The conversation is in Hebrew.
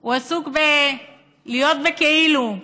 הוא עסוק בלהיות ב"כאילו"